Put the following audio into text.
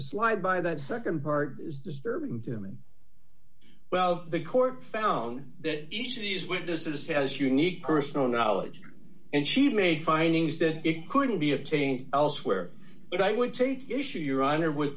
slide by that nd part is disturbing to me well the court found that each of these witnesses has unique personal knowledge and she'd made findings that it couldn't be obtained elsewhere that i would take issue your honor w